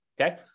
Okay